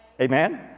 Amen